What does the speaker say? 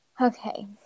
Okay